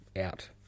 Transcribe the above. out